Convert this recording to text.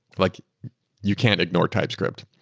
like you can't ignore typescript.